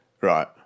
right